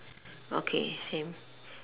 okay same